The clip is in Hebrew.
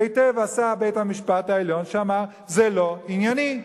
היטב עשה בית-המשפט העליון שאמר: זה לא ענייני,